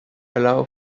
allow